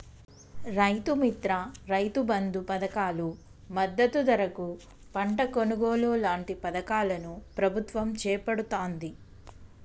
రైతు మిత్ర, రైతు బంధు పధకాలు, మద్దతు ధరకు పంట కొనుగోలు లాంటి పధకాలను ప్రభుత్వం చేపడుతాంది